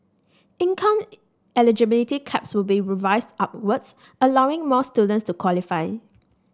income eligibility caps will be revised upwards allowing more students to qualify